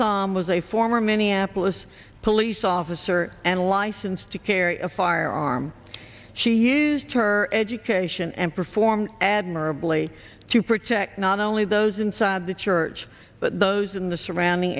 salam was a former minneapolis police officer and licensed to carry a firearm she used her education and performed admirably to protect not only those inside the church but those in the surrounding